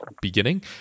beginning